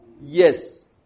yes